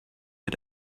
had